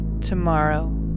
tomorrow